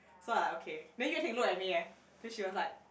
so I like okay then Yue-Ting look at me eh then she was like